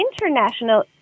international